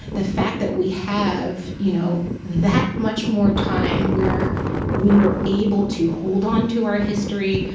the fact that we have you know that much more time where we were able to hold onto our history,